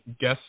guess